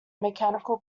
mechanical